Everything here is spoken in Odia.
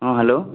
ହଁ ହ୍ୟାଲୋ